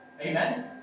Amen